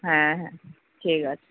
হ্যাঁ হ্যাঁ ঠিক আছে